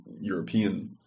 European